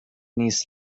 نیست